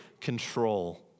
control